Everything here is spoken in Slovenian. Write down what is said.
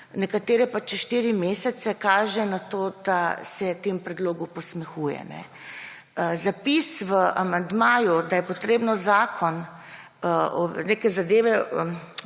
nekatere pa čez štiri mesece, kaže na to, da se temu predlogu posmehuje. Zapis v amandmaju, da je potrebno zakon, neke zadeve,